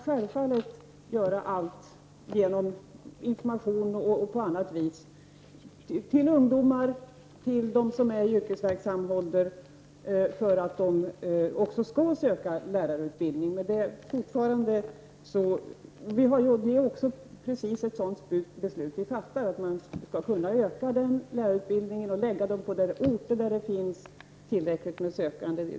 Självfallet skall man ge information till ungdomar och till dem som är i yrkesverksam ålder för att dessa skall söka lärarutbildning. Vi skall nu fatta ett beslut som gör att man kan öka lärarutbildningen och lägga den på orter där det finns tillräckligt med sökande.